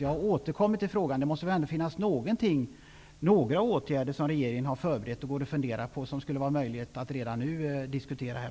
Jag återkommer till frågan om det finns några åtgärder som regeringen har förberett och funderat över som redan nu skulle kunna diskuteras här.